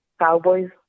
cowboys